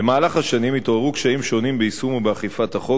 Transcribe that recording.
במהלך השנים התעוררו קשיים שונים ביישום ובאכיפת החוק,